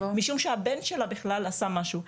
משום שהבן שלה בכלל הוא זה שעשה משהו.